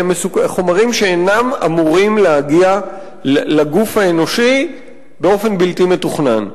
הן חומרים שאינם אמורים להגיע לגוף האנושי באופן בלתי מתוכנן,